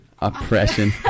Oppression